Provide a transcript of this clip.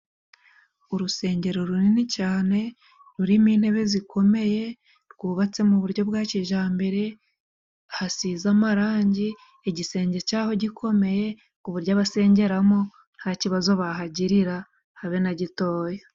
Urusengero runini cyane rurimo intebe zikomeye, rwubatse mu buryo bwa kijambere, hasize amarangi, igisenge cya ho gikomeye ku buryo abasengeramo, nta kibazo bahagirira habe na gitoya.